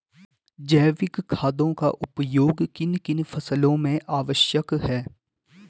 जैविक खादों का उपयोग किन किन फसलों में आवश्यक है?